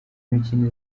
mikino